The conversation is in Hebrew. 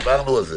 דיברנו על זה.